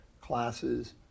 classes